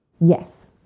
Yes